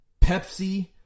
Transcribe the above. Pepsi